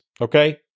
okay